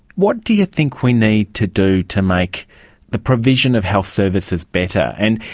what do you think we need to do to make the provision of health services better? and,